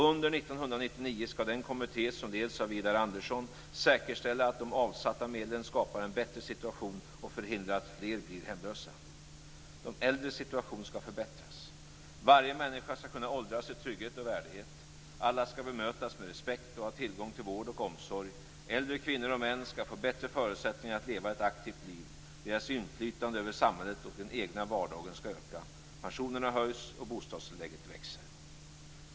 Under 1999 skall den kommitté som leds av Widar Andersson säkerställa att de avsatta medlen skapar en bättre situation och förhindrar att fler blir hemlösa. De äldres situation skall förbättras. Varje människa skall kunna åldras i trygghet och värdighet. Alla skall bemötas med respekt och ha tillgång till vård och omsorg. Äldre kvinnor och män skall få bättre förutsättningar att leva ett aktivt liv. Deras inflytande över samhället och den egna vardagen skall öka. Pensionerna höjs, och bostadstilläggen växer.